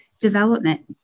development